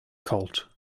colt